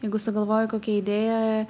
jeigu sugalvoju kokią idėją